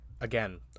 Again